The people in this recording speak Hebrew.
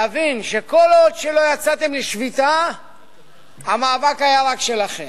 הבינו שכל עוד לא יצאתם לשביתה המאבק היה רק שלכם,